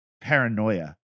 paranoia